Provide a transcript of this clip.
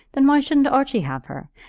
then why shouldn't archie have her?